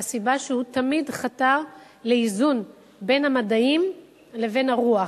מהסיבה שהוא תמיד חתר לאיזון בין המדעים לבין הרוח,